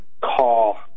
call